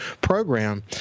program